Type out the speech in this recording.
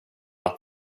att